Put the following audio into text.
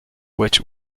which